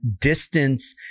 distance